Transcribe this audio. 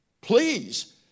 please